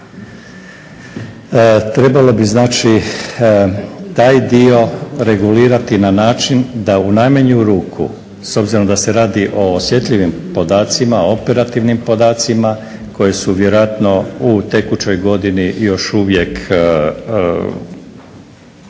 Trebalo bi znači taj dio regulirati na način da u najmanju ruku, s obzirom da se radi o osjetljivim podacima, o operativnim podacima koji su vjerojatno u tekućoj godini još uvijek pod